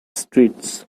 streets